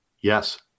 Yes